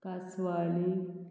कांसवाळी